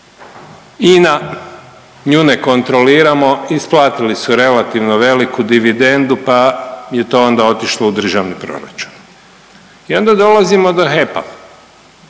INA, nju ne kontroliramo, isplatili su relativno veliku dividendu, pa je to onda otišlo u državni proračun i onda dolazimo do HEP-a,